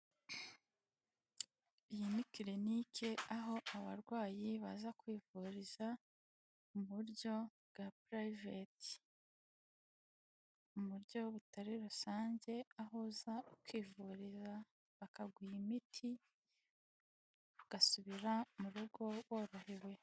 Iyi ni Clinic, aho abarwayi baza kwivuriza mu buryo bwa purivate, ni uburyo butari rusange aho uza ukivura bakagha imiti ugasubira mu rugo worohewe.